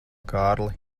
kārli